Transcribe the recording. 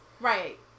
Right